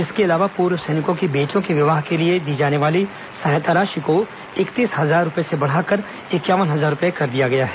इसके अलावा पूर्व सैनिकों की बेटियों के विवाह के लिए दी जाने वाली सहायता राशि को इकतीस हजार से बढ़ाकर इंक्यावन हजार रूपए कर दिया गया है